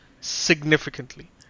significantly